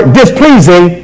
displeasing